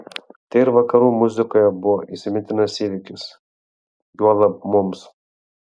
tai ir vakarų muzikoje buvo įsimintinas įvykis juolab mums